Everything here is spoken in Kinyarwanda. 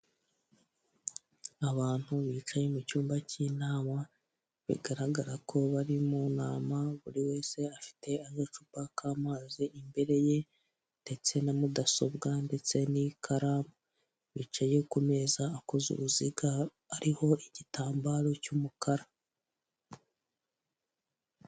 Abantu bicaye mu cyumba cy'inama, bigaragara ko bari mu nama, buri wese afite agacupa k'amazi imbere ye, ndetse na mudasobwa, ndetse n'ikaramu, bicaye ku meza akoze uruziga ariho igitambaro cy'umukara.